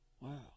Wow